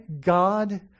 God